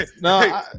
No